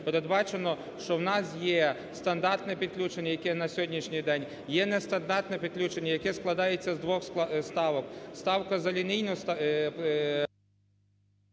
передбачено, що в нас є стандартне підключення, яке на сьогоднішній день, є нестандартне підключення, яке складається з двох ставок: ставка за…